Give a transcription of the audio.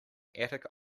attic